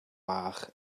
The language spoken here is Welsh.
bach